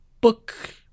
book